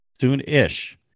soon-ish